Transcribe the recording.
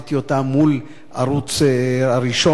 והעמדתי אותה מול הערוץ הראשון,